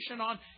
on